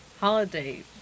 holiday